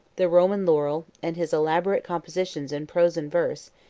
the roman laurel, and his elaborate compositions in prose and verse,